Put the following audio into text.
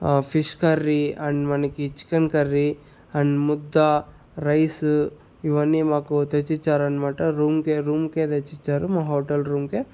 fish curry and మనకి chicken curry and ముద్ద rice ఇవన్నీ మాకు తెచ్చిచ్చారనమాట రూమ్కే రూమ్కే తెచ్చిచ్చారు మా హోటల్ రూమ్కే